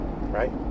right